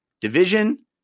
Division